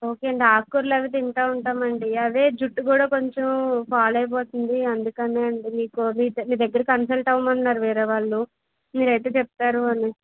ఒకే అండి ఆకుకూరలు అవి తింటూ ఉంటామండి అదే జుట్టు కూడా కొంచెం ఫాల్ అయిపోతుంది అందుకనే అండి మీకు మీ మీ దగ్గర కన్సల్ట్ అవ్వమన్నారు వేరేవాళ్లు మీరైతే చెప్తారు అని